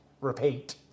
repeat